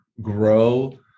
grow